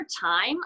time